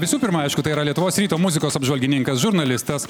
visų pirma aišku tai yra lietuvos ryto muzikos apžvalgininkas žurnalistas